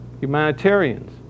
humanitarians